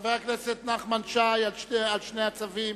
חבר הכנסת נחמן שי, על שני הצווים.